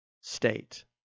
State